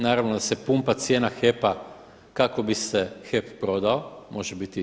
Naravno da se pumpa cijena HEP-a kako bi se HEP prodao, može biti i to.